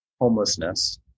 homelessness